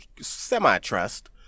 semi-trust